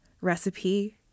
recipe